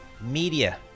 media